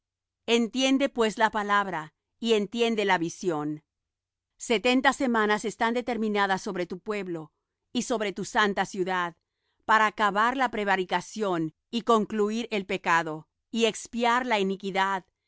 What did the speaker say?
entiende pues la palabra y entiende la visión setenta semanas están determinadas sobre tu pueblo y sobre tu santa ciudad para acabar la prevaricación y concluir el pecado y expiar la iniquidad